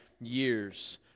years